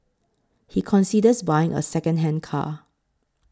he considers buying a secondhand car